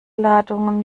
ladungen